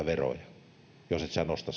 veroja jos et sinä nosta